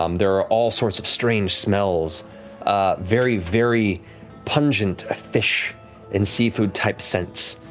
um there are all sorts of strange smells very very pungent fish and seafood type scents,